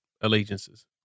allegiances